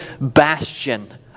bastion